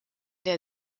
der